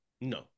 No